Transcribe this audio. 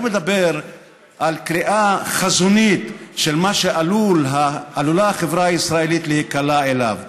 הוא מדבר על קריאה חזונית של מה שעלולה החברה הישראלית להיקלע אליו.